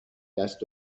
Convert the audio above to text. دست